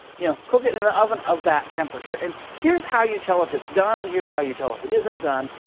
yeah cook it in an oven of that temperature. and here's how you tell if it's done. and here's how you tell if it isn't done.